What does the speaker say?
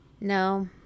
no